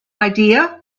idea